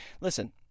Listen